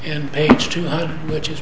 and page two hundred which is